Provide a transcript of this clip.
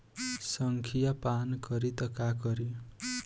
संखिया पान करी त का करी?